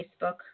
Facebook